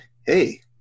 hey